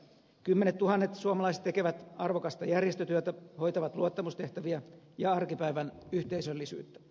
kymmenettuhannet suomalaiset tekevät arvokasta järjestötyötä hoitavat luottamustehtäviä ja arkipäivän yhteisöllisyyttä